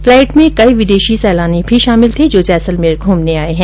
flight में कई विदेशी सैलानी भी शामिल थे जो जैसलमेर घूमने आए हैं